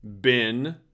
bin